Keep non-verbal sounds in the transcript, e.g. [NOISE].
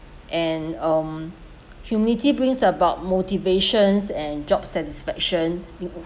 and um humility brings about motivation and job satisfaction [NOISE]